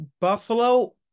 Buffalo